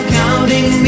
counting